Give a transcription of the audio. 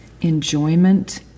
enjoyment